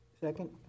Second